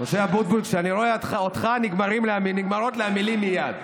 נגמרו לך המילים?